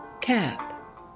Cap